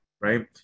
right